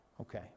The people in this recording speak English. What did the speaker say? Okay